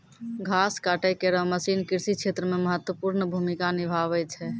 घास काटै केरो मसीन कृषि क्षेत्र मे महत्वपूर्ण भूमिका निभावै छै